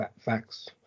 Facts